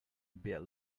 bare